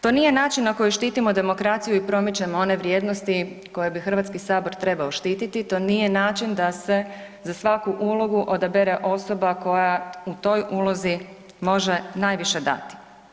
To nije način na koji štitimo demokraciju i promičemo one vrijednosti koje bi Hrvatski sabor trebao štititi, to nije način da se za svaku ulogu odabere osoba koja u toj ulozi može najviše dati.